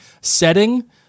setting